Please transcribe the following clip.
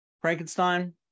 Frankenstein